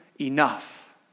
enough